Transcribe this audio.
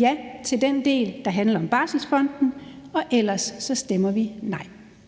ja til den del, der handler om barselsfonden, og ellers så stemmer vi nej.